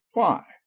why?